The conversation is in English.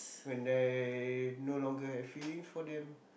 when they no longer have feelings for them